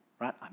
right